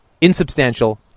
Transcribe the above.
insubstantial